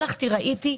ראיתי,